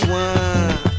one